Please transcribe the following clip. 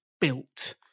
built